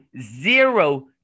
zero